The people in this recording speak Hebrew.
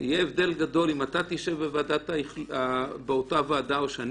יהיה הבדל גדול אם אתה תשב באותה ועדה או אני